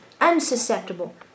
unsusceptible